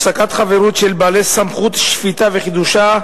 (הפסקת חברות של בעלי סמכות שפיטה וחידושה),